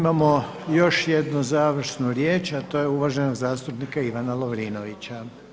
Imamo još jednu završnu riječ, a to je uvaženog zastupnika Ivana Lovrinovića.